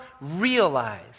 realize